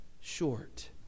short